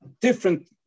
different